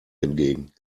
entgegen